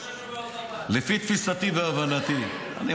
לפי תפיסתי והבנתי הוא חושב שהוא,